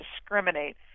discriminate